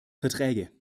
verträge